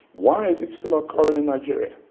why is it still occurring in nigeria?